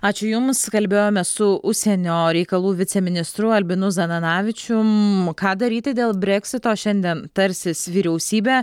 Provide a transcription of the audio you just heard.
ačiū jums kalbėjome su užsienio reikalų viceministru albinu zananavičium ką daryti dėl breksito šiandien tarsis vyriausybė